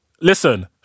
listen